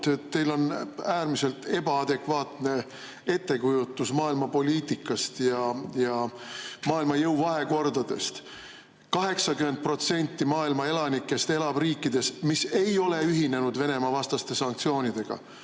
teil on äärmiselt ebaadekvaatne ettekujutus maailma poliitikast ja maailma jõuvahekordadest. 80% maailma elanikest elab riikides, mis ei ole ühinenud Venemaa-vastaste sanktsioonidega.